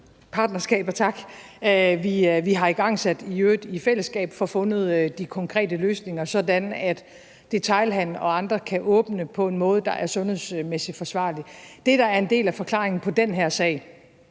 partnerskaber, vi har igangsat – i øvrigt i fællesskab – får fundet de konkrete løsninger, sådan at detailhandelen og andre kan åbne på en måde, der er sundhedsmæssig forsvarlig. Det, der er en del af forklaringen på den her sag,